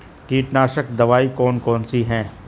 कीटनाशक दवाई कौन कौन सी हैं?